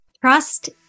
Trust